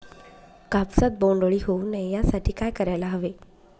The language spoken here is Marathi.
कापसात बोंडअळी होऊ नये यासाठी काय करायला हवे?